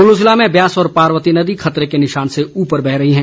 कुल्लू ज़िले में ब्यास व पार्वती नदी खतरे के निशान से ऊपर बह रही हैं